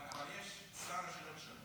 אבל יש שרה שלא תשלם.